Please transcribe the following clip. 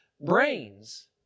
brains